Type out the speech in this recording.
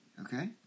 okay